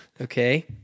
Okay